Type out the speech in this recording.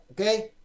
okay